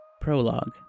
Prologue